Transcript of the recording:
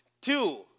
Two